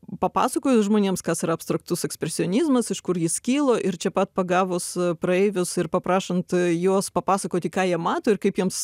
papasakojus žmonėms kas yra abstraktus ekspresionizmas iš kur jis kilo ir čia pat pagavus praeivius ir paprašant juos papasakoti ką jie mato ir kaip jiems